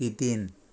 तितीन